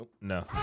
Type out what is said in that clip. No